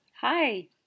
Hi